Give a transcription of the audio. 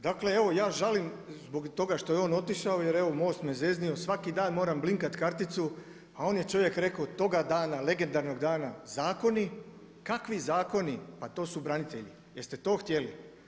Dakle, evo ja žalim zbog toga što je on otišao jer evo MOST me zeznuo, svaki dan moram blinkati karticu a on je čovjek rekao toga dana, legendarnog dana, zakoni, kakvi zakoni, pa to su branitelji, jeste to htjeli?